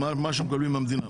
מהסכום אותו הן מקבלות מהמדינה.